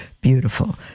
beautiful